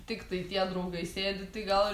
tiktai tie draugai sėdi tai gal